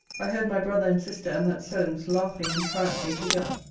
i heard my brother and sister and that solmes laughing and triumphing together.